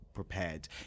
prepared